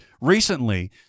recently